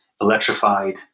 electrified